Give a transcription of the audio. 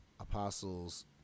apostles